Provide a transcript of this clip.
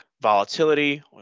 volatility